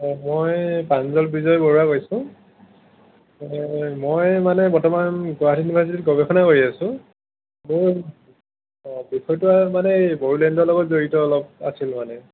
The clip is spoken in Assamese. অঁ মই প্ৰাঞ্জল বিজয় বৰুৱাই কৈছোঁ মই মানে বৰ্তমান গুৱাহাটী ইউনিভাৰ্চিটিত গৱেষণা কৰি আছোঁ মোৰ অঁ বিষয়টো মানে এই বড়োলেণ্ডৰ লগত জড়িত অলপ আছিলে মানে